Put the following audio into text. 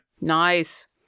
Nice